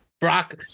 Brock